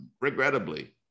regrettably